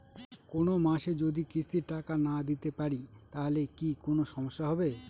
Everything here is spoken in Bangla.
কোনমাসে যদি কিস্তির টাকা না দিতে পারি তাহলে কি কোন সমস্যা হবে?